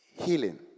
healing